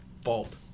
fault